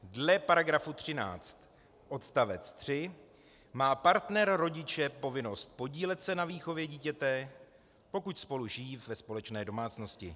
Dle § 13 odst. 3 má partner rodiče povinnost podílet se na výchově dítěte, pokud spolu žijí ve společné domácnosti.